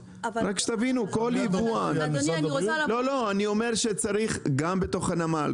אבל צריך לסדר את העניינים גם בתוך הנמל,